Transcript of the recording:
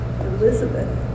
Elizabeth